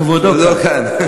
כבודו כאן.